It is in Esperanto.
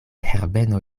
herbeno